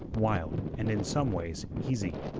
wild, and, in some ways easy.